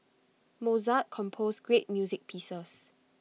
Mozart composed great music pieces